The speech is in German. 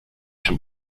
schon